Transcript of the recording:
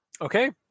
Okay